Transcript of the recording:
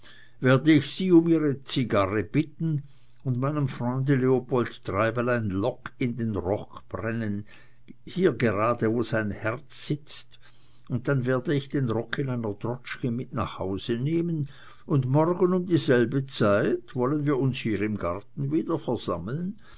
werde ich sie um ihre zigarre bitten und meinem freunde leopold treibel ein loch in den rock brennen hier gerade wo sein herz sitzt und dann werd ich den rock in einer droschke mit nach hause nehmen und morgen um dieselbe zeit wollen wir uns hier im garten wieder versammeln